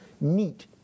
Neat